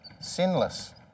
sinless